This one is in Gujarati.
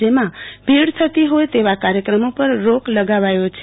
જેમાં ભીડ થતી હોય તેવા કાર્યક્રમો પર રોક લગાવાય છે